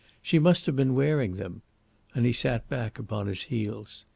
she must have been wearing them and he sat back upon his heels.